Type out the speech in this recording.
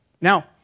Now